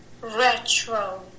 Retro